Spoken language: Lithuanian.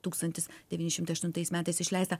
tūkstantis devyni šimtai aštuntais metais išleistą